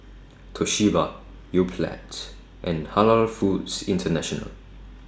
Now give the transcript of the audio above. Toshiba Yoplait and Halal Foods International